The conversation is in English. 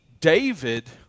David